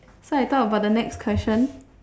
so I talk about the next question